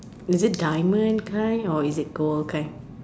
is it diamond kind or is it gold kind